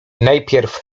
najpierw